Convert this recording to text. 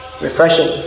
refreshing